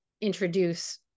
introduce